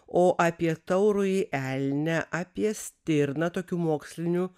o apie taurųjį elnią apie stirną tokių mokslinių